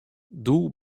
doe